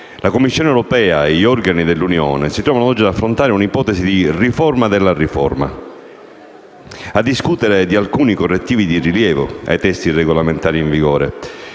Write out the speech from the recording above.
la Commissione europea e gli organi dell'Unione si trovano oggi ad affrontare un'ipotesi di riforma della riforma, a discutere di alcuni correttivi di rilievo ai testi regolamentari in vigore